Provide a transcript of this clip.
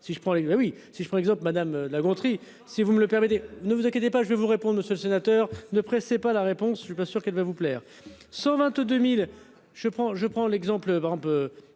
si je prends exemple madame de La Gontrie. Si vous me le permettez, ne vous inquiétez pas, je vous réponds monsieur le sénateur de presse c'est pas la réponse, je suis pas sûr qu'elle va vous plaire. 122.000. Je prends je prends l'exemple.